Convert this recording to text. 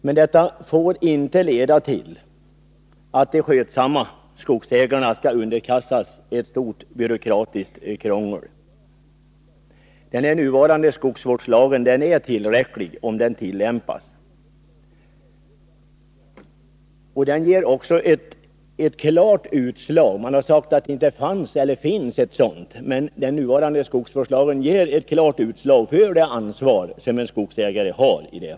Men detta får inte leda till att de skötsamma skall underkastas en myckenhet byråkratiskt krångel. Den nuvarande skogsvårdslagen är nämligen tillräcklig om den tillämpas, och den ger också ett klart uttryck för det ansvar som en skogsägare har — även om det har sagts här i dag att den inte gör det.